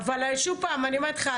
שוב פעם אני אומרת לך,